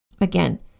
again